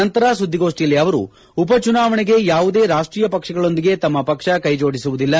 ನಂತರ ಸುದ್ದಿಗೋಷ್ಠಿಯಲ್ಲಿ ಅವರು ಉಪಚುನಾವಣೆಗೆ ಯಾವುದೇ ರಾಷ್ಟೀಯ ಪಕ್ಷಗಳೊಂದಿಗೆ ತಮ್ಮ ಪಕ್ಷ ಕೈಜೋಡಿಸುವುದಿಲ್ಲ